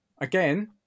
again